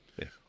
Yes